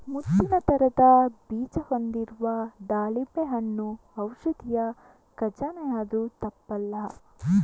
ಮುತ್ತಿನ ತರದ ಬೀಜ ಹೊಂದಿರುವ ದಾಳಿಂಬೆ ಹಣ್ಣು ಔಷಧಿಯ ಖಜಾನೆ ಅಂದ್ರೂ ತಪ್ಪಲ್ಲ